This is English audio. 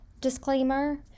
disclaimer